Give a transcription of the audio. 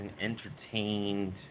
entertained